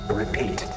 repeat